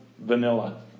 vanilla